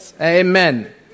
Amen